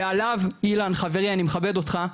ועליו אילן חברי, אני מכבד אותך,